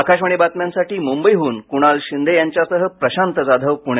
आकाशवाणी बातम्यांसाठी मुंबईहून कुणाल शिंदे यांच्यासह प्रशांत जाधव पुणे